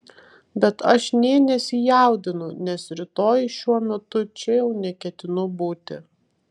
bet aš nė nesijaudinu nes rytoj šiuo metu čia jau neketinu būti